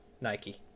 Nike